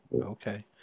okay